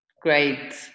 Great